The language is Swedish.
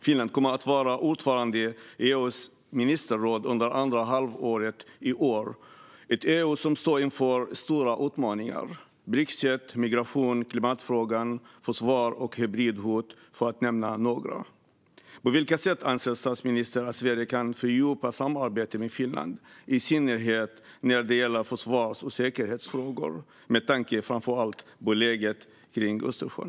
Finland kommer att vara ordförande i EU:s ministerråd under andra halvåret i år. Det är ett EU som står inför stora utmaningar: brexit, migration, klimatfrågan, försvar och hybridhot, för att nämna några. På vilka sätt anser statsministern att Sverige kan fördjupa samarbetet med Finland, i synnerhet när det gäller försvars och säkerhetsfrågor och med tanke på läget kring Östersjön?